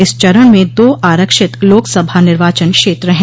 इस चरण में दो आरक्षित लोकसभा निर्वाचन क्षेत्र हैं